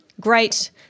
great